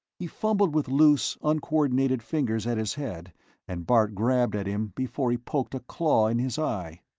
he fumbled with loose, uncoordinated fingers at his head and bart grabbed at him before he poked a claw in his eye.